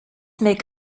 make